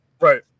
right